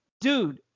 Dude